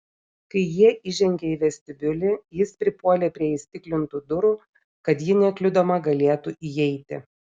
kai jie įžengė į vestibiulį jis pripuolė prie įstiklintų durų kad ji nekliudoma galėtų įeiti